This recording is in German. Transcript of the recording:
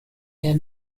der